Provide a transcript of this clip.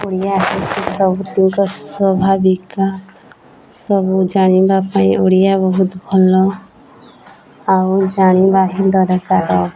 ଓଡ଼ିଆ ହେଉଛି ସବୁତିଙ୍କ ସ୍ୱାଭାବିକ ସବୁ ଜାଣିବା ପାଇଁ ଓଡ଼ିଆ ବହୁତ ଭଲ ଆଉ ଜାଣିବା ହିଁ ଦରକାର